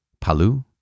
Palu